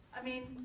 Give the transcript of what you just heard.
i mean.